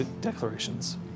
declarations